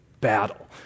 battle